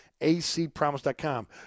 acpromise.com